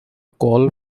call